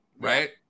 right